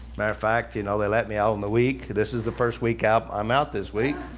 matter of fact, you know, they let me out in the week. this is the first week out. i'm out this week.